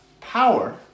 power